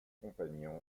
compagnon